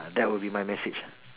ah that will be my message